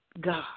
God